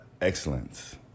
Excellence